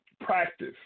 practice